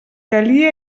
calia